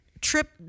trip